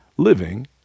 living